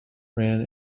ran